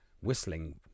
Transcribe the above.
whistling